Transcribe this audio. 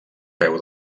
peu